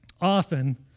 Often